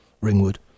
Ringwood